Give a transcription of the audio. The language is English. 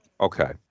Okay